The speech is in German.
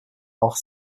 auch